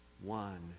one